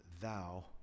thou